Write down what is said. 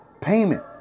payment